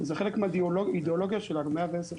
זה חלק מהאידיאולוגיה שלנו, 110 שנים,